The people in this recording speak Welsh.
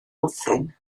bwthyn